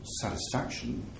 satisfaction